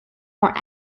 more